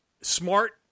smart